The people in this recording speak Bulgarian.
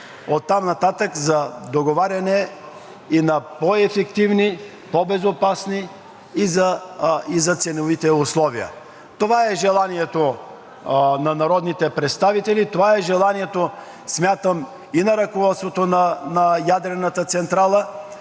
оттам нататък за договаряне и на по-ефективни и по-безопасни ценови условия. Това е желанието на народните представители, това е желанието, смятам, и на ръководството на ядрената централа,